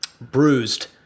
bruised